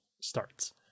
starts